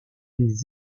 des